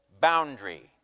boundary